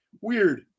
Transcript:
Weird